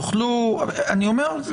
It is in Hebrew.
אני אומר,